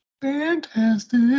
fantastic